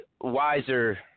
wiser